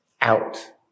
out